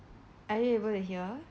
are you able to hear